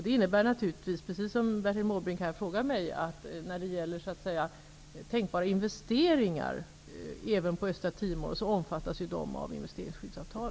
Det innebär att tänkbara investeringar även i Östtimor, vilka Bertil Måbrink här frågar mig om, omfattas av detta avtal.